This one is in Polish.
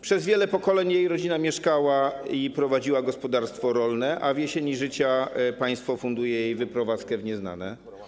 Przez wiele pokoleń jej rodzina tu mieszkała i prowadziła gospodarstwo rolne, a w jesieni życia państwo funduje jej wyprowadzkę w nieznane.